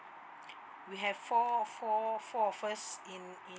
we have four four four of us in in